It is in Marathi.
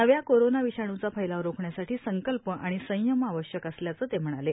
नव्या कोरोना विषाणुचा फैलाव रोखण्यासाठी संकल्प आणि संयम आवश्यक असल्याचं ते म्हणाले